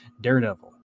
Daredevil